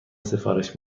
سفارش